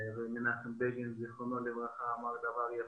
ומנחם בגין זיכרונו לברכה אמר דבר יפה,